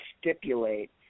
stipulate